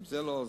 גם זה לא עזר.